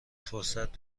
فرصت